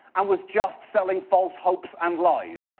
and was just selling false hopes and lies.